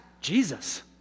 Jesus